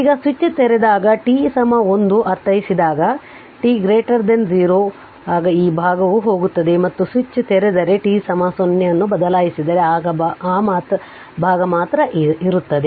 ಈಗ ಸ್ವಿಚ್ ತೆರೆದಾಗ t I ಅರ್ಥೈಸಿದಾಗ t 0 ಆಗ ಈ ಭಾಗವು ಹೋಗುತ್ತದೆ ಮತ್ತು ಸ್ವಿಚ್ ತೆರೆದರೆ t 0 ಅನ್ನು ಬದಲಾಯಿಸಿದರೆಈ ಭಾಗ ಮಾತ್ರ ಇದೆ